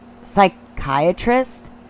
Psychiatrist